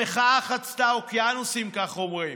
המחאה חצתה אוקיינוסים, כך אומרים,